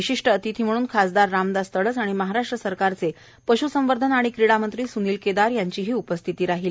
विशिष्ट अतिथी म्हणून खासदार रामदास तडस आणि महाराष्ट्र सरकारचे पश् संवर्धन आणि क्रीडा मंत्री सूनील केदार यांची उपस्थिती राहील